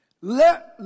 Let